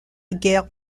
guerre